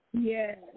Yes